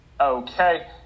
Okay